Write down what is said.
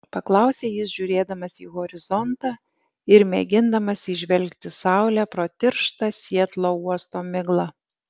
paklausė jis žiūrėdamas į horizontą ir mėgindamas įžvelgti saulę pro tirštą sietlo uosto miglą